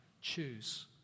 choose